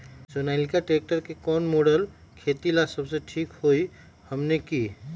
Sonalika tractor के कौन model खेती ला सबसे ठीक होई हमने की?